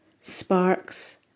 Sparks